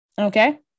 Okay